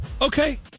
okay